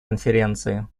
конференцию